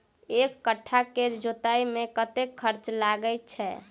एक कट्ठा केँ जोतय मे कतेक खर्चा लागै छै?